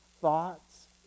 thoughts